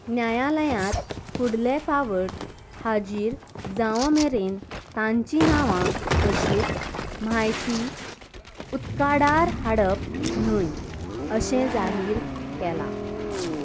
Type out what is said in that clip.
न्यायालयात फुडले फावट हाजीर जावं मेरेन तांची नांवां तशींच म्हायती उत्काडार हाडप न्हय अशें जाहीर केला